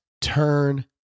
turn